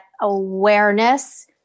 awareness